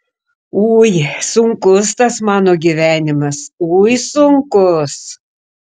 ui sunkus tas mano gyvenimas ui sunkus